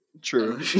True